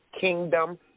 Kingdom